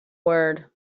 word